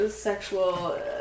sexual